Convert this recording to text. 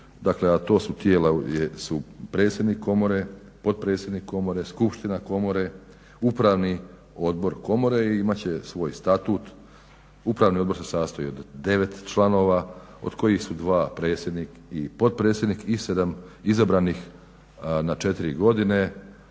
dakle a to su tijela predsjednik komore, potpredsjednik komore, skupština komore, upravni odbor komore i imat će svoj statut. Upravni odbor se sastoji od 9 članova od kojih su dva predsjednik i potpredsjednik i 7 izabranih na 4 godine,